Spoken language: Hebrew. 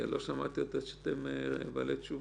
לא שמעתי שאתם בעלי תשובה.